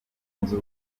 zunze